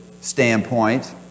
standpoint